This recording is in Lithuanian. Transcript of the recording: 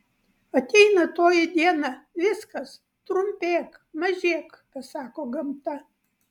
ateina toji diena viskas trumpėk mažėk pasako gamta